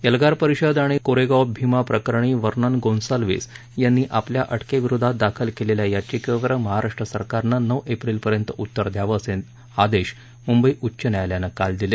एल्गार परिषद आणि कोरेगाव भीमा प्रकरणी वर्णन गोन्साल्विस यांनी आपल्या अटकेविरोधात दाखल केलेल्या याचिकेवर महाराष्ट्र सरकारनं नऊ एप्रिल पर्यंत उत्तर द्यावं असे आदेश मुंबई उच्च न्यायालयानं काल दिले